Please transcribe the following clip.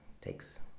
Takes